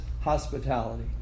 hospitality